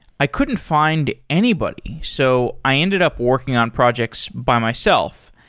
i couldn't find anybody. so, i ended up working on projects by myself.